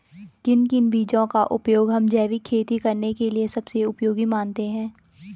किन किन बीजों का उपयोग हम जैविक खेती करने के लिए सबसे उपयोगी मानते हैं?